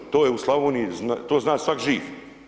To je u Slavoniji, to zna svatko živ.